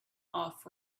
off